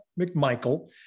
McMichael